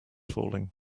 falling